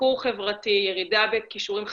ניכור חברתי, ירידה בכישורים חברתיים,